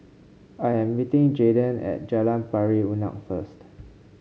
I'm meeting Jaydon at Jalan Pari Unak first